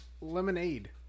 lemonade